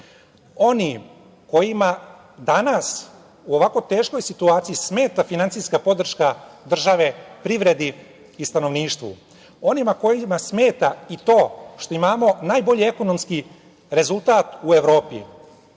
Oni, kojima danas u ovako teškoj situaciji smeta finansijska podrška države privredi i stanovništvu, onima kojima smeta i to što imamo najbolji ekonomski rezultat u Evropi,